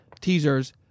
teasers